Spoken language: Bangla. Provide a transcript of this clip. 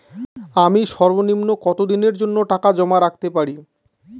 আমি সর্বনিম্ন কতদিনের জন্য টাকা জমা রাখতে পারি?